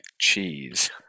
cheese